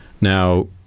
Now